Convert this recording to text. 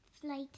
flight